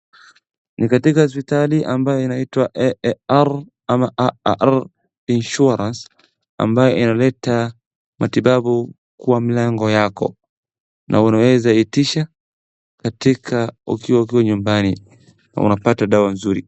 Ni katika hospitali ambayo inaitwa AAR ama AAR insurance ambayo inaleta matibabu kwa mlango yako. Na unaweza itisha ukiwa nyumbani na unapata dawa nzuri.